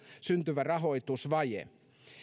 syntyvä rahoitusvaje